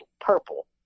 purple